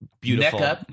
beautiful